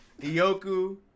Iyoku